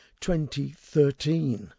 2013